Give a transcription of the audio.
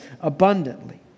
abundantly